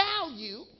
value